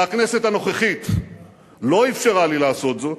והכנסת הנוכחית לא אפשרה לי לעשות זאת,